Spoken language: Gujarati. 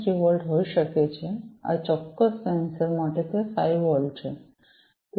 3 વોલ્ટ હોઈ શકે છે આ ચોક્કસ સેન્સર માટે તે 5 વોલ્ટ છે